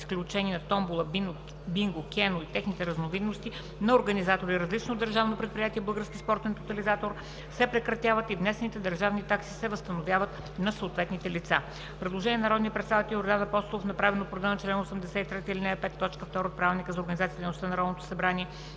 изключение на томбола, бинго, кено и техните разновидности, на организатори, различни от Държавно предприятие „Български спортен тотализатор“, се прекратяват и внесените държавни такси се възстановяват на съответните лица.“ Предложение на народния представител Йордан Апостолов, направено по реда на чл. 83, ал. 5, т. 2 от Правилника за организацията и дейността на Народното събрание.